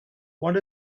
what